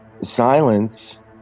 Silence